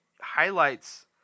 highlights